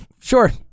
sure